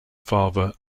father